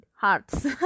hearts